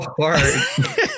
hard